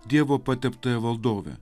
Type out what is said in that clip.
dievo pateptąją valdovę